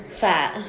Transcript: fat